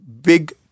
big